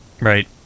Right